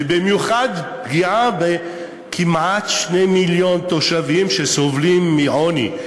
ובמיוחד פגיעה בכמעט 2 מיליון תושבים שסובלים מעוני.